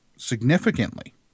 significantly